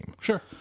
Sure